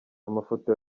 amafoto